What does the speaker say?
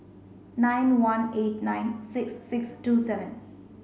nine one eight nine six six two seven